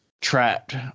trapped